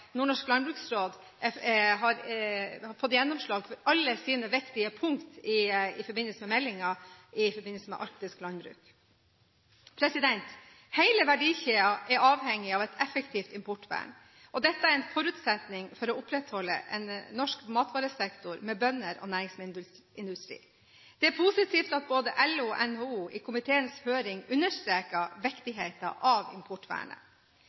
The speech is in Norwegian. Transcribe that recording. Nordnorsk Landbruksråd har fått gjennomslag for alle sine viktige punkt i meldingen i forbindelse med arktisk landbruk. Hele verdikjeden er avhengig av et effektivt importvern, og dette er en forutsetning for å opprettholde en norsk matvaresektor med bønder og næringsmiddelindustri. Det er positivt at både LO og NHO i komiteens høring understreket viktigheten av importvernet.